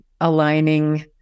aligning